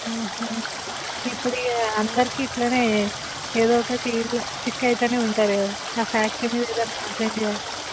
హ ఇప్పుడు అందరికీ ఇలానే ఏదో ఒకటి సిక్ అవుతూనే ఉంటారు కదా ఆ ఫ్యాక్టరీ మీద ఏదైనా కంప్లైంట్ చేయాలి